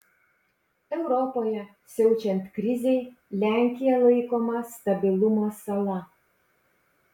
europoje siaučiant krizei lenkija laikoma stabilumo sala